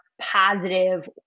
positive